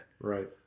right